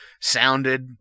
sounded